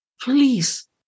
please